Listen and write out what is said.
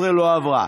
13 לא עברה.